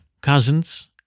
Cousins